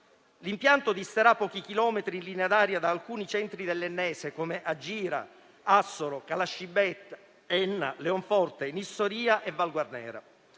L'impianto disterà pochi chilometri in linea d'aria, da alcuni centri dell'ennese come Agira, Assoro, Calascibetta, Enna, Leonforte, Nissoria e Valguarnera: